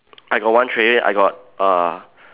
I got one tray I got err